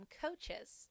coaches